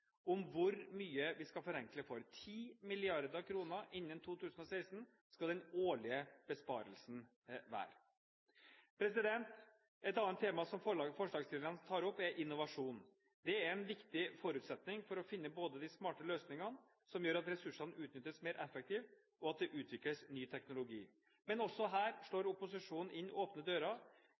om hvor mye vi skal forenkle for – 10 mrd. kr innen 2016 skal den årlige besparelsen være. Et annet tema som forslagsstillerne tar opp er innovasjon. Innovasjon er en viktig forutsetning for både å finne de smarte løsningene som gjør at ressursene utnyttes mer effektivt, og at det utvikles ny teknologi. Men også her slår opposisjonen inn åpne dører.